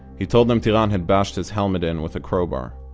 he told them tiran had bashed his helmet in with a crowbar.